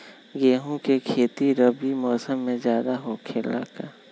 गेंहू के खेती रबी मौसम में ज्यादा होखेला का?